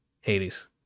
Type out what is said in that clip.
Hades